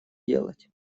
делать